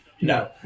No